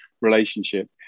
relationship